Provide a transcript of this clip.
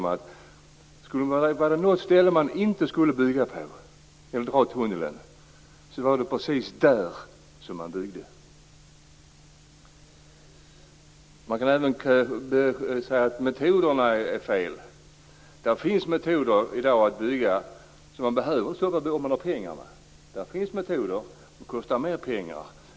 Var det något ställe man inte skulle bygga tunneln på, så var det precis där som man byggde. Man kan även säga att metoderna är fel. Det finns metoder i dag som gör att man inte behöver stoppa bygget om man har pengar. Det finns metoder, men det kostar mer pengar.